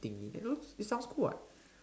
thingy you know it sounds cool [what]